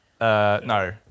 No